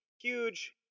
huge